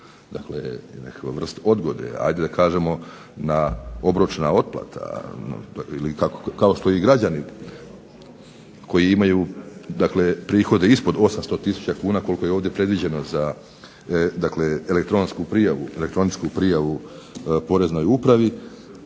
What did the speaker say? Dakle nekakva vrst odgode. Ajde da kažemo na obročna otplata, ili kao što i građani koji imaju dakle prihode ispod 800 tisuća kuna, koliko je ovdje predviđeno za dakle elektronsku prijavu, elektroničku prijavu poreznoj upravi